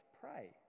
pray